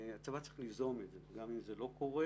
הצבא צריך ליזום את זה גם אם זה לא קורה,